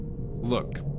Look